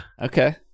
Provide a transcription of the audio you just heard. Okay